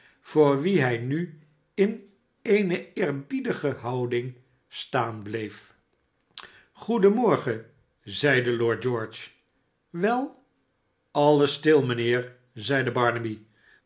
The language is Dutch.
voor wien hij nu in eene eerbiedige houding staan bleef sgoeden morgen zeide lord george wel alles stil mijnheer zeide